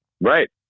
right